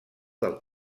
del